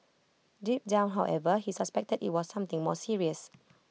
deep down however he suspected IT was something more serious